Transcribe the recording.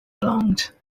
belonged